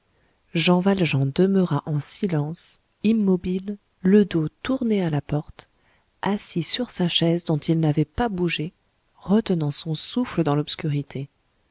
jean valjean demeura en silence immobile le dos tourné à la porte assis sur sa chaise dont il n'avait pas bougé retenant son souffle dans l'obscurité